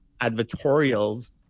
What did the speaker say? advertorials